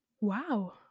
wow